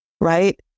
right